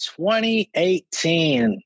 2018